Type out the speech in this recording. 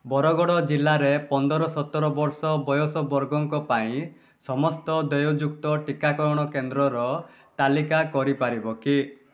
ବରଗଡ଼ ଜିଲ୍ଲାରେ ପନ୍ଦର ସତର ବର୍ଷ ବୟସ ବର୍ଗଙ୍କ ପାଇଁ ସମସ୍ତ ଦେୟଯୁକ୍ତ ଟିକାକରଣ କେନ୍ଦ୍ରର ତାଲିକା କରିପାରିବ କି